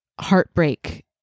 heartbreak